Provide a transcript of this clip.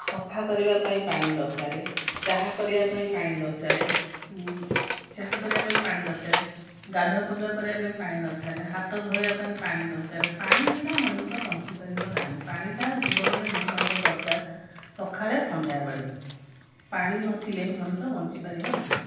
ସଫା କରିବାପାଇଁ ପାଣି ଦରକାର ଚାହା କରିବାପାଇଁ ପାଣି ଦରକାର ଚାହା କରିବାପାଇଁ ପାଣି ଦରକାର ଗାଧୁଆ ପାଧୁଆ କରିବାପାଇଁ ପାଣି ଦରକାର ହାତ ଧୋଇବାପାଇଁ ପାଣି ଦରକାର ପାଣି ବିନା ମଣିଷ ବଞ୍ଚିପାରିବ ନାହିଁ ପାଣିଟା ଜୀବନରେ ନିତାନ୍ତ ଦରକାର ସକାଳେ ସନ୍ଧ୍ୟାବେଳେ ପାଣି ନଥିଲେ ମଣିଷ ବଞ୍ଚିପାରିବନାହିଁ